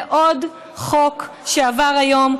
זה עוד חוק שעבר היום,